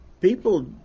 People